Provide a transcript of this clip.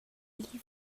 live